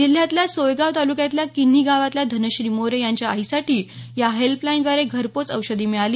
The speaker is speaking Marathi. जिल्ह्यातल्या सोयगाव तालुक्यातल्या किन्ही गावातल्या धनश्री मोरे यांच्या आईसाठी या हेल्पलाईनद्वारे घरपोच औषध मिळाली